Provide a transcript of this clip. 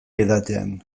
edatean